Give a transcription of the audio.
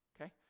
okay